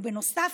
ובנוסף,